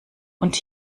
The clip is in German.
und